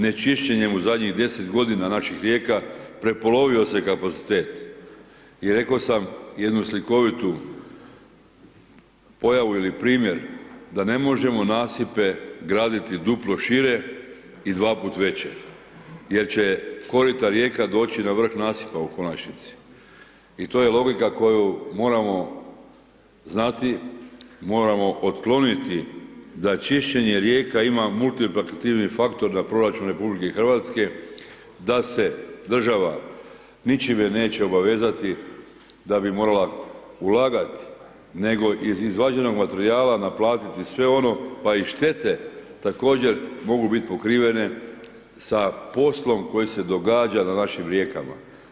Ne čišćenjem u zadnjih 10 godina naših rijeka, prepolovio se kapacitet i rekao sam jednu slikovitu pojavu ili primjer, da ne možemo nasipe graditi duplo šire i dva puta veće jer će korita rijeka doći na vrh nasipa u konačnici i to je logika koju moramo znati, moramo otkloniti, da čišćenje rijeka ima multipraktivni faktor na proračun RH, da se država ničime neće obavezati da bi morala ulagat, nego iz izvađenog materijala naplatiti sve ono, pa i štete također mogu bit pokrivene sa poslom koji se događa na našim rijekama.